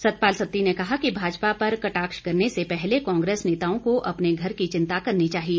सतपाल सत्ती ने कहा कि भाजपा पर कटाक्ष करने से पहले कांग्रेस नेताओं को अपने घर की चिंता करनी चाहिए